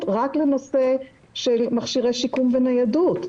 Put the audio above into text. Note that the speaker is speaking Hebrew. רק לנושא של מכשירי שיקום וניידות.